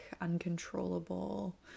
uncontrollable